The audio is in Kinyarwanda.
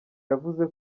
yavuze